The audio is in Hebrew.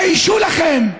תתביישו לכם.